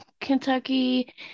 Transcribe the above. Kentucky